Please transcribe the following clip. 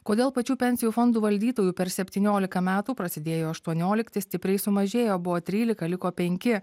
kodėl pačių pensijų fondų valdytojų per septyniolika metų prasidėjo aštuoniolikti stipriai sumažėjo buvo trylika liko penki